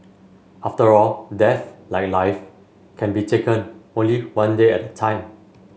after all death like life can be taken only one day at a time